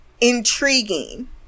intriguing